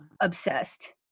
obsessed